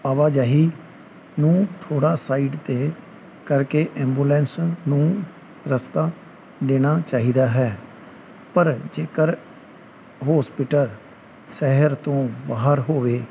ਆਵਾਜਾਈ ਨੂੰ ਥੋੜਾ ਸਾਈਡ ਤੇ ਕਰਕੇ ਐਂਬੂਲੈਂਸ ਨੂੰ ਰਸਤਾ ਦੇਣਾ ਚਾਹੀਦਾ ਹੈ ਪਰ ਜੇਕਰ ਹੋਸਪਿਟਲ ਸ਼ਹਿਰ ਤੋਂ ਬਾਹਰ ਹੋਵੇ